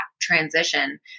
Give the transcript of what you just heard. transition